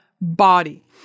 body